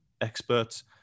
experts